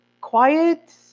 quiet